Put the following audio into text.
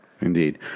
Indeed